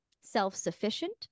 self-sufficient